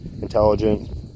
intelligent